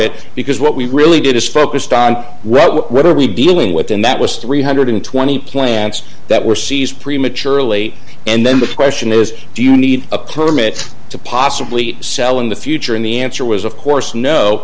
it because what we really did is focused on what are we dealing with and that was three hundred and twenty plants that were seized prematurely and then the question is do you need a permit to possibly sell in the future and the answer was of course no